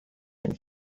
and